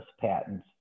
patents